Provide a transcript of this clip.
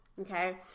Okay